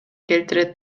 келтирет